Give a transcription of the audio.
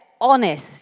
honest